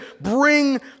bring